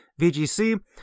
VGC